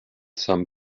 some